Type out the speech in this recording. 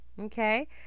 okay